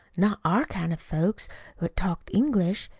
not our kind of folks what talked english.